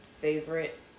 favorite